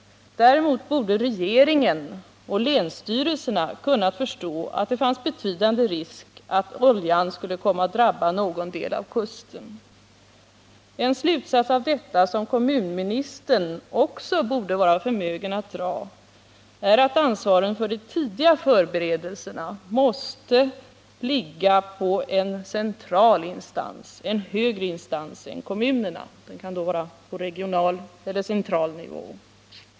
Däremot borde regeringen och länsstyrelserna ha kunnat förstå att det fanns betydande risk för att oljan skulle komma att drabba någon del av kusten. En slutsats av detta som kommunministern också borde vara förmögen att dra är att ansvaret för de tidiga förberedelserna måste ligga på en central instans, en högre instans än kommunerna — den kan då vara på regional eller på central nivå.